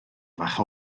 fach